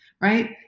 right